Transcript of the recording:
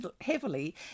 heavily